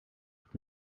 het